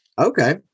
Okay